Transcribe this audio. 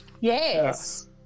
Yes